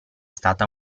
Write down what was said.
stata